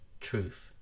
truth